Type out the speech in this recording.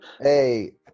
Hey